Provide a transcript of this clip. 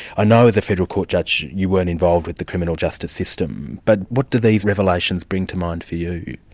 i know as a federal court judge you weren't involved with the criminal justice system, but what do these revelations bring to mind for you?